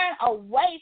away